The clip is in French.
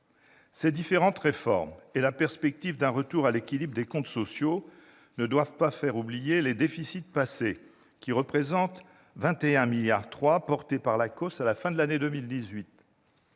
Ces différentes réformes et la perspective d'un retour à l'équilibre des comptes sociaux ne doivent pas faire oublier les déficits passés, qui représenteront 21,3 milliards d'euros, portés par l'ACOSS, l'Agence